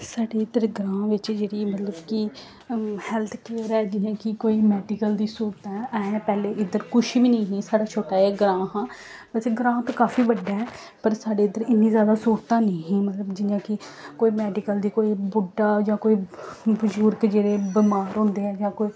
साढे इद्धर ग्रां बिच्च जेह्ड़ी मतलब कि हैल्थ केयर ऐ जि'यां कि कोई मैडिकल दी स्हूलतां ऐं हैं पैह्लें इद्धर कुछ बी निं ही साढ़ा छोटा जेहा ग्रां हा बैसे ग्रां ते काफी बड्डा ऐ पर साढे इद्धर इन्नी जैदा स्हूलतां हैन्नी ही मतलब जिन्ना कि कोई मैडिकल दी कोई बुड्ढा जां कोई बजुर्ग जेह्ड़े बमार होंदे ऐ जां कोई